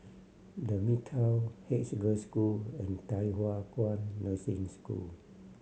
The Midtown Haig Girls' School and Thye Hua Kwan Nursing School